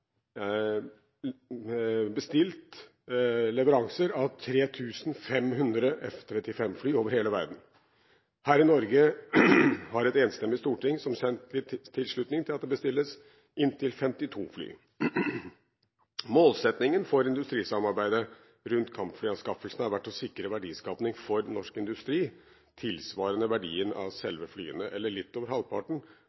bestilt leveranser av 3 500 F-35-fly over hele verden. Her i Norge har et enstemmig storting som kjent gitt sin tilslutning til at det bestilles inntil 52 fly. Målsettingen for industrisamarbeidet rundt kampflyanskaffelsen har vært å sikre verdiskaping for norsk industri, tilsvarende verdien av